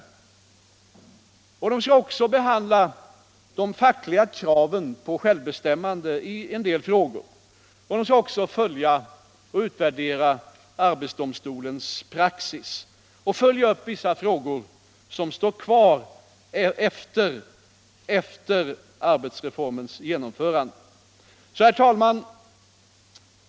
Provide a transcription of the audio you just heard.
Utredningen skall också behandla de fackliga kraven på självbestämmande i en del frågor. Den skall vidare följa och utvärdera arbetsdomstolens pråxis och följa upp vissa frågor som står kvar efter arbetsrättsreformens genomförande. Herr talman!